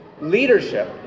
Leadership